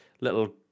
little